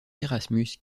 erasmus